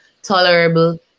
Tolerable